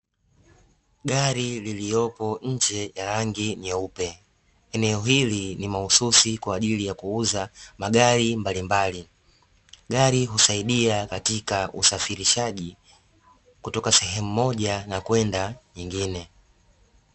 Gari lililopo nje la rangi nyeupe, eneo hili ni mahususi kwa ajili ya kuuza magari mbalimbali. Gari husaidia katika usafirishaji kutoka sehemu moja na kwenda nyingine.